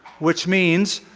which means,